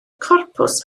corpws